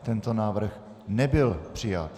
Tento návrh nebyl přijat.